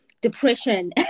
depression